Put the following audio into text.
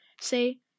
say